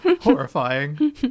Horrifying